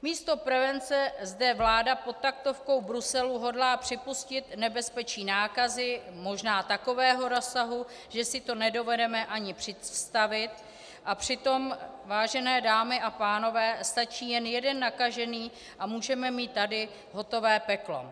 Místo prevence zde vláda pod taktovkou Bruselu hodlá připustit nebezpečí nákazy možná takového rozsahu, že si to nedovedeme ani představit, a přitom, vážené dámy a pánové, stačí jen jeden nakažený a můžeme mít tady hotové peklo.